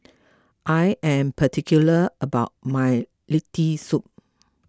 I am particular about my Lentil Soup